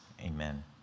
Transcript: Amen